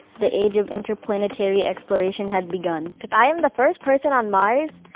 the age of interplanetary exploration has begun. if i'm the first person on mars,